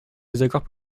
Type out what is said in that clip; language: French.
désaccord